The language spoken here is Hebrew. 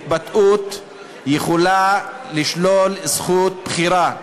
התבטאות יכולה לשלול זכות בחירה.